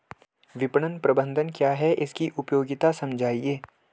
विपणन प्रबंधन क्या है इसकी उपयोगिता समझाइए?